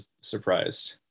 surprised